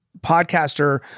podcaster